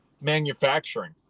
manufacturing